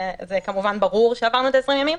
וזה כמובן ברור שעברנו את ה-20 ימים.